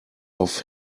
auf